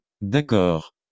d'accord